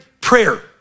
prayer